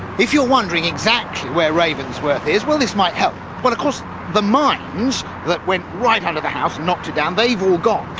if you're wondering exactly where ravensworth is, well this might help. well, of course the mines that went right under the house, knocked it down, they've all gone,